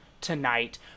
tonight